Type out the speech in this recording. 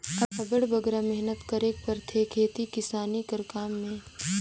अब्बड़ बगरा मेहनत करेक परथे खेती किसानी कर काम में